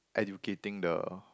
educating the